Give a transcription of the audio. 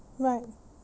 right